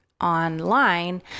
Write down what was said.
online